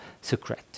secret